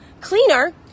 cleaner